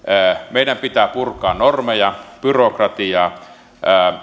meidän pitää purkaa normeja byrokratiaa